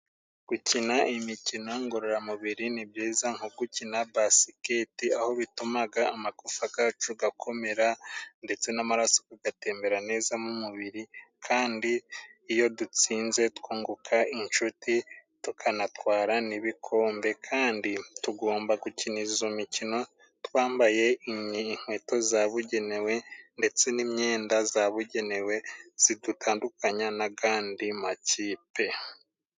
Gukina imikino ngororamubiri ni byiza nko gukina basiketi, aho bitumaga amagufa gacu gakomera, ndetse n'amaraso kagatembera neza mu mubiri, kandi iyo dutsinze twunguka inshuti tukanatwara n'ibikombe, kandi tugomba gukina izo mikino twambaye inkweto zabugenewe ndetse n'imyenda zabugenewe zidutandukanya n'agandi makipe.